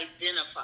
identify